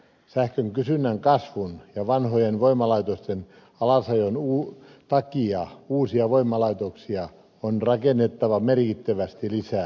sähkön kysynnän kasvun ja vanhojen voimalaitosten alasajon takia uusia voimalaitoksia on rakennettava merkittävästi lisää